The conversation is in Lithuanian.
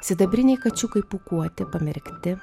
sidabriniai kačiukai pūkuoti pamerkti